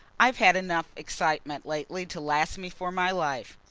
i've had enough excitement lately to last me for my life.